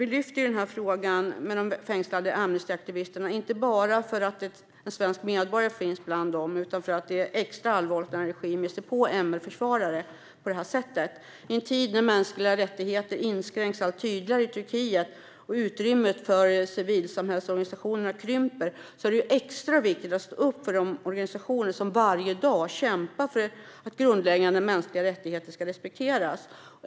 Vi lyfter upp frågan om de fängslade Amnesty-aktivisterna inte bara för att en svensk medborgare finns bland dem utan också för att det är extra allvarligt när en regim ger sig på MR-försvarare på detta sätt. I en tid när mänskliga rättigheter inskränks allt tydligare i Turkiet och utrymmet för civilsamhällesorganisationer krymper är det extra viktigt att stå upp för de organisationer som varje dag kämpar för att grundläggande mänskliga rättigheter ska respekteras.